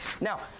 now